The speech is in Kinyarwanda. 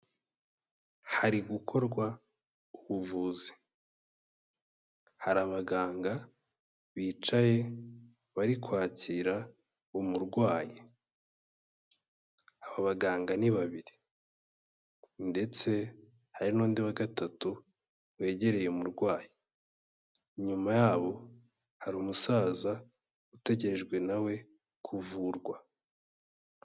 Hari gukorwa ubuvuzi, hari abaganga bicaye bari kwakira umurwayi, aba baganga ni babiri ndetse hari n'undi wa gatatu wegereye umurwayi, inyuma yabo hari umusaza utegerejwe na we kuvurwa.